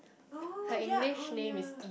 oh yea oh yea